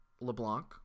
LeBlanc